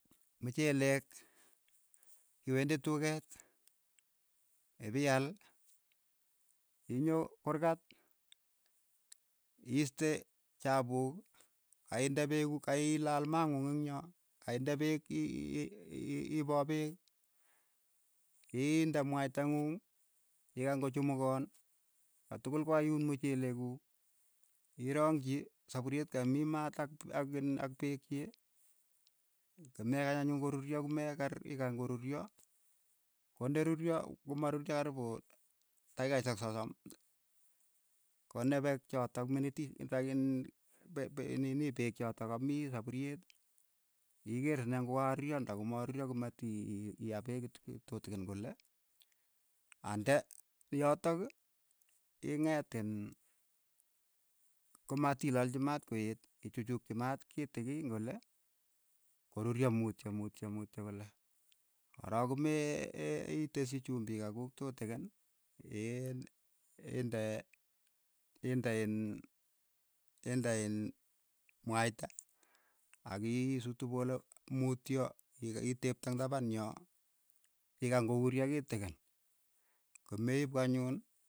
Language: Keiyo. Mchelek iwendi tuket, ipi aal, inyo kuurkat. iiste chapuk kainde pekuuk ka ilaal maa ng'ung eng' yo, kainde peek i- i- i- ipoo peek, iindei mwaita ng'ung, ikany kochumukoon, yatukul kokaiuun mchelek kuk, irongji sapuriet kei mii maat ak- ak iin ak peek chiik, komekeer anyun ko ruryo ko me keer ikany koruryo ko nde ruryo ko maruche karipu taikaishek sosom, ko ne pek chotok minitish takin pe- pe nini peek chotok ka mii sapuryet yeikeer ine ng'o kakoruryo nda ko ma ruryo koma tii- i- iia peek kit tutikin kole ande yotok ingeet iin ko matilolchi maat koeet ichuchukchi maat kitikiin kole ko ruryo mutyo mutyo mutyo kole korook ko mee iteshi chumbik kakuuk tutikin. een indee inde iin inde iin mwaita akii sutu pole mutyo ike itepte eng' tapan yoo ikany kouryo kitikin komeipu anyun.